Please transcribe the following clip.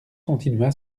continua